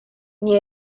nii